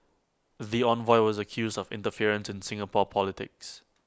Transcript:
the envoy was accused of interference in Singapore politics